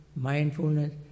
Mindfulness